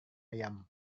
ayam